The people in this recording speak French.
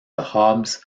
hobbs